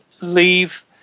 leave